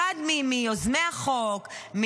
אחד מיוזמי החוק,